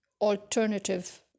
alternative